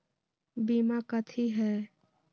बीमा कथी है?